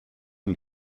and